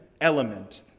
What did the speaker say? element